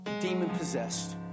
demon-possessed